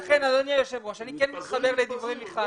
לכן אדוני היושב ראש, אני כן מתחבר לדברי מיכל.